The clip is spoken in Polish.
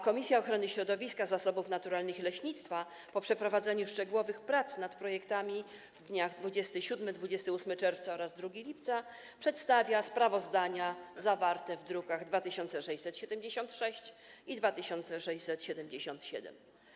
Komisja Ochrony Środowiska, Zasobów Naturalnych i Leśnictwa po przeprowadzeniu szczegółowych prac nad projektami w dniach 27, 28 czerwca oraz 2 lipca przedstawia sprawozdania zawarte w drukach nr 2676 i 2677.